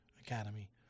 Academy